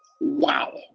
Wow